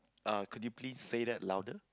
uh could you please say that louder